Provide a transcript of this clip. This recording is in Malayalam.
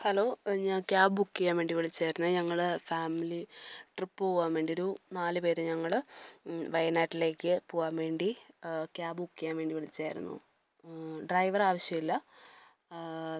ഹലോ ഞാൻ ക്യാബ് ബുക്ക് ചെയ്യാൻ വേണ്ടി വിളിച്ചതായിരുന്നു ഞങ്ങൾ ഫാമിലി ട്രിപ്പ് പോവാൻ വേണ്ടി ഒരു നാല് പേർ ഞങ്ങൾ വയനാട്ടിലേക്ക് പോവാൻവേണ്ടി ക്യാബ് ബുക്ക് ചെയ്യാൻ വേണ്ടി വിളിച്ചതായിരുന്നു ഡ്രൈവറ് ആവശ്യമില്ല